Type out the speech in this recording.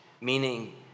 meaning